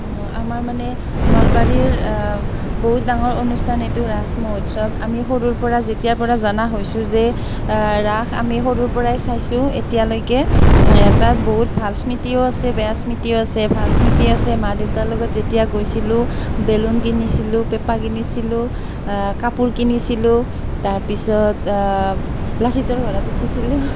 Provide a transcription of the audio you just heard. অঁ আমাৰ মানে নলবাৰীৰ বহুত ডাঙৰ অনুষ্ঠান এইটো ৰাস মহোৎসৱ আমি সৰুৰ পৰাই যেতিয়াৰ পৰা জনা হৈছোঁ যে ৰাস আমি সৰুৰ পৰাই চাইছোঁ এতিয়ালৈকে তাত বহুত ভাল স্মৃতিও আছে বেয়া স্মৃতিও আছে ভাল স্মৃতি আছে মা দেউতাৰ লগত যেতিয়া গৈছিলোঁ বেলুন কিনিছিলোঁ পেপা কিনিছিলোঁ কাপোৰ কিনিছিলোঁ তাৰ পিছত লাচিতৰ ঘোঁৰাত উঠিছিলোঁ